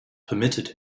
permitted